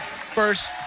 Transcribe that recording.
first